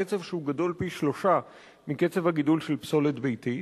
קצב שהוא גדול פי-שלושה מקצב הגידול של פסולת ביתית,